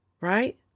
Right